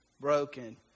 broken